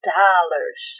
dollars